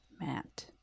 Matt